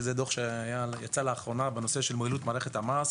שזה דוח שיצא לאחרונה בנושא של מועילות מערכת המס,